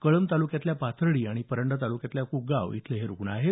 कळंब तालुक्यातल्या पाथर्डी आणि परंडा तालुक्यातल्या कुकगाव इथले हे रुग्ण आहेत